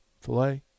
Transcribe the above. Filet